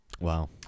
Wow